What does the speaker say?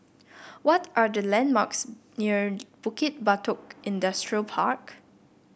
what are the landmarks near Bukit Batok Industrial Park